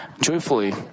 joyfully